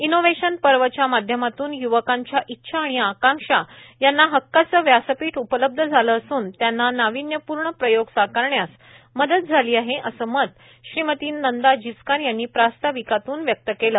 innovation पर्वच्या माध्यमातून य्वकांच्या इच्छा आणि आकांक्षा यांना हक्काचे व्यासपीठ उपलब्ध झाल असून त्यांना नाविन्यपूर्ण प्रयोग साकारण्यास मदत झाली आहे असे मत श्रीमती नंदा जिचकार यांनी प्रास्ताविकातून व्यक्त केले